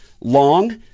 long